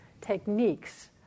techniques